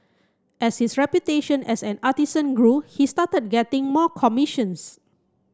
as his reputation as an artisan grew he started getting more commissions